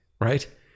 right